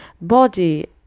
body